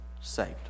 saved